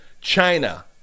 China